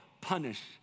punish